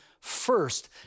first